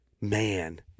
man